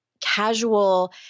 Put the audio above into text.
casual